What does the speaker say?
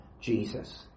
Jesus